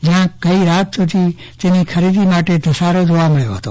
જ્યાં ગઈકાલે સુધી તેની ખરીદી માટે ધસારો જોવા મળ્યો હતો